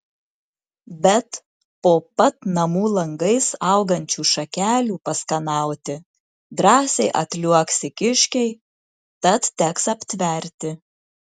bet po pat namų langais augančių šakelių paskanauti drąsiai atliuoksi kiškiai tad teks aptverti